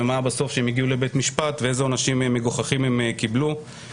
איזה עונשים מגוחכים הן קיבלו בסוף כשהן הגיעו לבית משפט.